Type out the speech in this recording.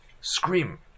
Scream